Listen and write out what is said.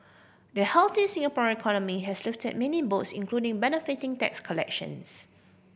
the healthy Singaporean economy has lifted many boats including benefiting tax collections